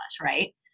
right